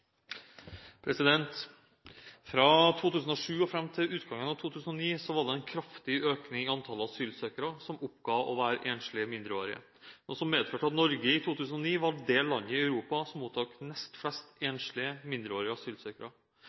omme. Fra 2007 og fram til utgangen av 2009 var det en kraftig økning i antall asylsøkere som oppga å være enslig mindreårig, noe som medførte at Norge i 2009 var det landet i Europa som mottok nest flest enslige mindreårige asylsøkere.